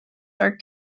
are